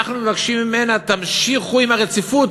אנחנו מבקשים ממנה: תמשיכו עם הרציפות,